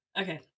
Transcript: Okay